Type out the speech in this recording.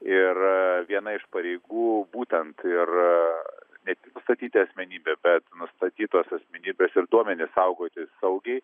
ir viena iš pareigų būtent ir ne tik nustatyti asmenybę bet nustatytosios asmenybės ir duomenis saugoti saugiai